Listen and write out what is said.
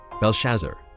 Belshazzar